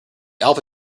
alpha